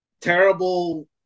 terrible